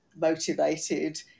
motivated